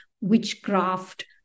witchcraft